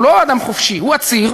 הוא לא אדם חופשי, הוא עציר.